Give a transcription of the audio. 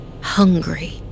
hungry